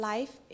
Life